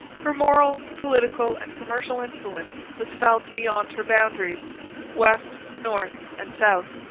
her moral, political, and commercial influence was felt beyond her boundaries west, north, and south.